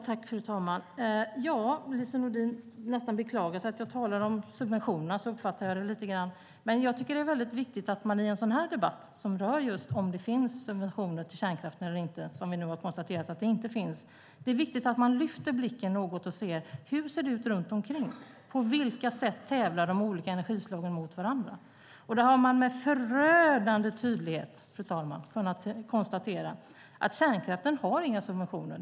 Fru talman! Lise Nordin nästan beklagar sig över att jag talar om subventionerna. Jag uppfattar det lite så. Det är väldigt viktigt att man i en sådan här debatt, som rör om det finns subventioner till kärnkraften eller inte, vilket vi nu har konstaterat att det inte finns, lyfter blicken något och ser hur det ser ut runt omkring. På vilka sätt tävlar de olika energislagen mot varandra? Man har med förödande tydlighet, fru talman, kunnat konstatera att kärnkraften inte får några subventioner.